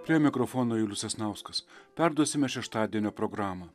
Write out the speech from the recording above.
prie mikrofono julius sasnauskas perduosime šeštadienio programą